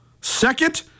Second